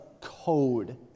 code